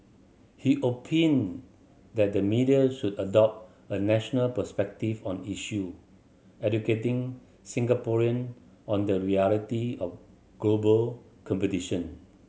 he opined that the media should adopt a national perspective on issue educating Singaporean on the reality of global competition